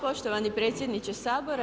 poštovani predsjedniče Sabora.